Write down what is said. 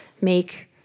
make